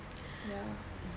ya